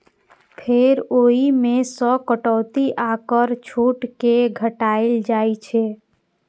फेर ओइ मे सं कटौती आ कर छूट कें घटाएल जाइ छै